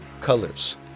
colors